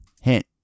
Hint